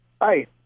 Hi